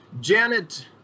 Janet